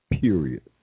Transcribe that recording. period